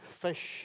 fish